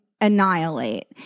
annihilate